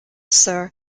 sir